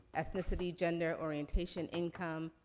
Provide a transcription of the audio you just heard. ethnicity, gender, orientation, income,